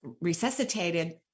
resuscitated